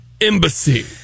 Embassy